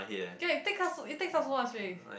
ya you take up it takes up so much space